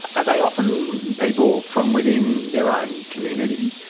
are they often people from within their own community?